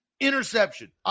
interception